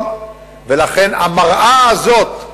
ולכן המראה הזאת,